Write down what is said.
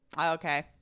Okay